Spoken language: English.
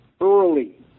early